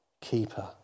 keeper